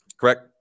Correct